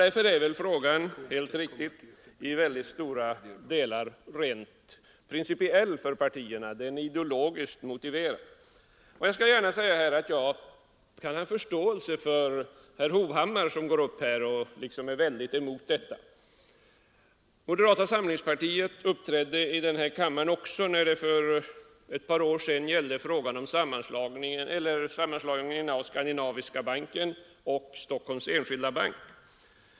Därför är detta i mycket stora delar en rent principiell fråga för partierna. Den är ideologiskt motiverad. Jag skall gärna säga att jag kan ha förståelse för herr Hovhammar som uttalar sig mot denna sammanslagning. Moderata samlingspartiet uppträdde i denna kammare också när det för ett par år sedan gällde sammanslagning av Skandinaviska banken och Stockholms enskilda bank.